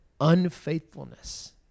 unfaithfulness